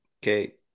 Okay